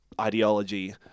ideology